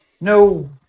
No